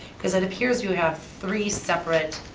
because it appears you have three separate